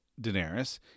Daenerys